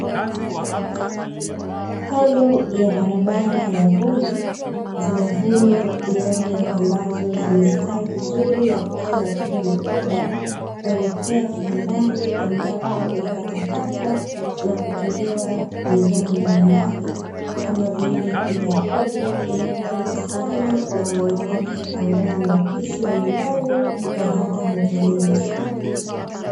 Kando ya barabara ya vumbi, zinavunwa nyanya ambazo zimestawi vizuri na kutoa matunda makubwa kuelekea kiwandani, ambapo zitachakatwa na kutolewa bidhaa mbalimbali kama vile ile ya kopo ambayo hupendwa sana na wanawake ambao ni wapishi wa nyumbani na hata hotelini.